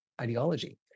ideology